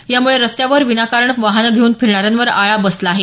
यामुळे रस्त्यावर विनाकारण वाहने घेऊन फिरणाऱ्यांवर आळा बसला आहे